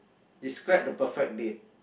describe the perfect date